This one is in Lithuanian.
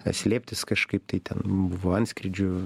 slėptis kažkaip tai ten buvo antskrydžių